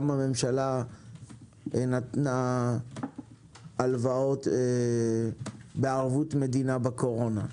גם הממשלה נתנה הלוואות בערבות מדינה בקורונה,